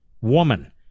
woman